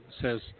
says